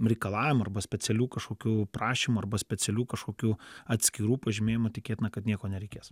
reikalavimo arba specialių kažkokių prašymų arba specialių kažkokių atskirų pažymėjimų tikėtina kad nieko nereikės